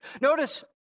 Notice